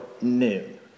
noon